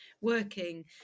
working